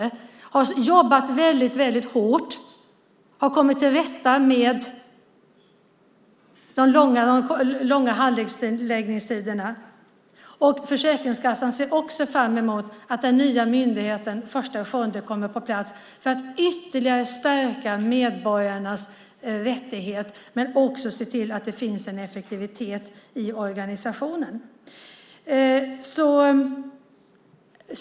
Man har jobbat väldigt hårt och har kommit till rätta med de långa handläggningstiderna. Försäkringskassan ser också fram emot att den nya myndigheten den 1 juli kommer på plats för att ytterligare stärka medborgarnas rättighet men också se till att det finns en effektivitet i organisationen.